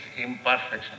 imperfection